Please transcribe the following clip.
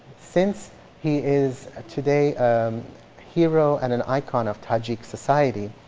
since he is ah today a hero and an icon of tajik society,